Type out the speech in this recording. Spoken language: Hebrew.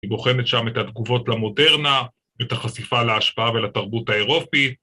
היא בוחנת שם את התגובות למודרנה, את החשיפה להשפעה ולתרבות האירופית.